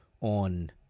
on